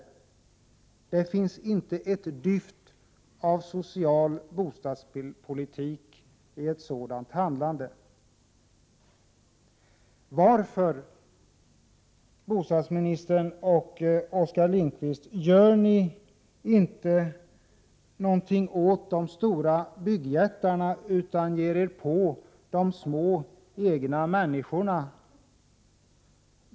Det finns inte ett dyft av social bostadspolitik i ett sådant handlande. Varför, bostadsministern och Oskar Lindkvist, gör ni inget åt de stora byggjättarna utan ger er på de små människorna?